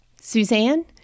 Suzanne